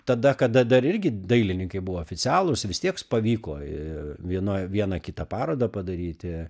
tada kada dar irgi dailininkai buvo oficialūs vis tiek pavyko ė vienoj vieną kitą parodą padaryti